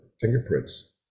fingerprints